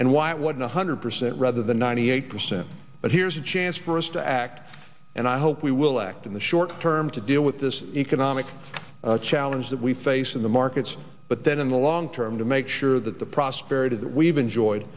and why it was one hundred percent rather than ninety eight percent but here's a chance for us to act and i hope we will act in the short term to deal with this economic challenge we face in the markets but then in the long term to make sure that the prosperity that we've enjoyed